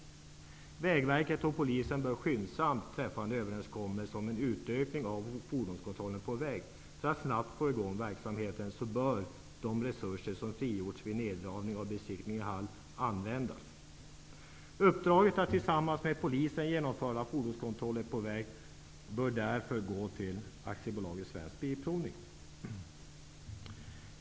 Vägverket och Polisen bör skyndsamt träffa en överenskommelse om en utökning av fordonskontrollen på väg. För att snabbt få i gång verksamheten bör de resurser som frigjorts vid neddragningen av besiktning i hall användas. Uppdraget att tillsammans med Polisen genomföra fordonskontroller på väg bör därför gå till AB Svensk Bilprovning.